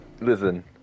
Listen